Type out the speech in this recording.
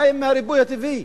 מה עם הריבוי הטבעי?